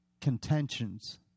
contentions